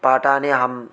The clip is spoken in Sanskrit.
पाठानि अहम्